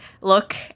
look